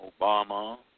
Obama